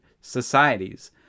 societies